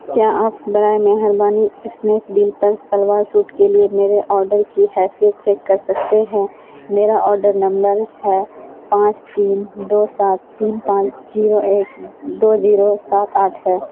کیا آپ برائے مہربانی اسنیپ ڈیل پر سلوار سوٹ کے لیے میرے آڈر کی حیثیت چیک کر سکتے ہیں میرا آڈر نمبر ہے پانچ تین دو سات تین پانچ جیرو ایک دو جیرو سات آٹھ ہے